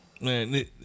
Man